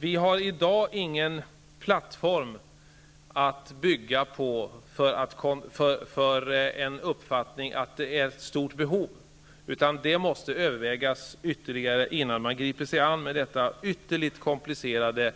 Vi har i dag ingen plattform att stå på för uppfattningen att behovet är stort, utan man måste göra ytterligare överväganden innan man griper sig an detta ytterst komplicerade